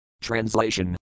Translation